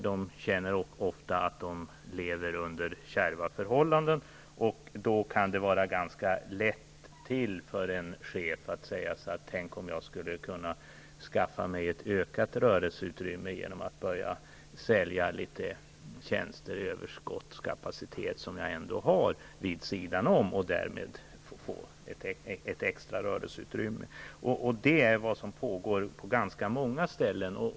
De känner ofta att de lever under kärva förhållanden, och då kan det vara ganska lätt för en chef att säga att han skall skaffa sig ett ökat rörelseutrymme genom att börja sälja tjänster, överskottskapacitet som finns vid sidan om. Detta pågår på ganska många ställen.